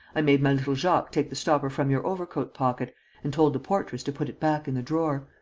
i made my little jacques take the stopper from your overcoat-pocket and told the portress to put it back in the drawer.